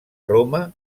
roma